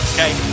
Okay